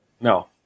No